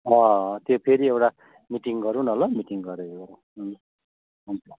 त्यो फेरि एउटा मिटिङ गरौँ न ल मिटिङ गरेर हुन्छ